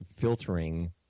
filtering